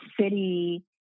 city